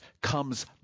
comes